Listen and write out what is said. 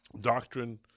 doctrine